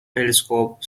telescope